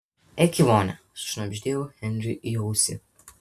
eik į vonią sušnabždėjau henriui į ausį